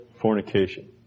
fornication